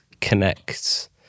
connect